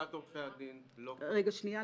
לשכת עורכי הדין לא --- אפשר שאלה?